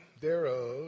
thereof